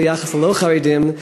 ביחס ללא-חרדים,